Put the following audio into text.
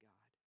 God